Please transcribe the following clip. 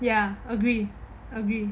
ya okay mmhmm